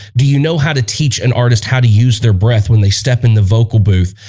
do you know how to teach an artist how to use their breath when they step in the vocal booth?